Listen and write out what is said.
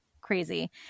crazy